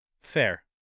Fair